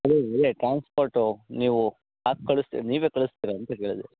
ಅದೇ ಅದೇ ಟ್ರಾನ್ಸ್ಪೋರ್ಟ್ ನೀವು ಹಾಕಿ ಕಳ್ಸ್ತೀರಾ ನೀವೇ ಕಳ್ಸ್ತೀರಾ ಅಂತ ಕೇಳಿದೆ